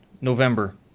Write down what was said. November